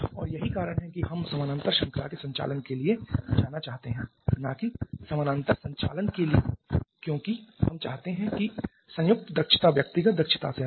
और यही कारण है कि हम समानांतर श्रृंखला के संचालन के लिए जाना चाहते हैं न कि समानांतर संचालन के लिए क्योंकि हम चाहते हैं कि संयुक्त दक्षता व्यक्तिगत क्षमता से अधिक हो